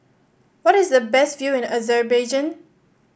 what is the best view in the Azerbaijan